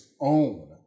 own